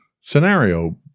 scenario